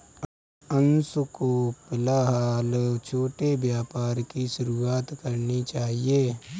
अंशु को फिलहाल छोटे व्यापार की शुरुआत करनी चाहिए